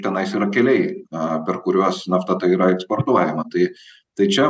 tenais yra keliai per kuriuos nafta yra eksportuojama tai tai čia